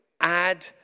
add